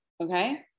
Okay